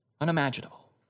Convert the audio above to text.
Unimaginable